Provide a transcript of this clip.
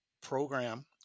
program